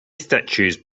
statues